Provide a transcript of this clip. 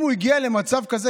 אם הוא הגיע למצב כזה,